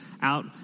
out